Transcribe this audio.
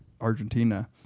Argentina